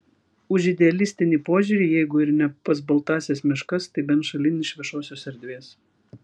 už idealistinį požiūrį jeigu ir ne pas baltąsias meškas tai bent šalin iš viešosios erdvės